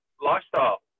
lifestyle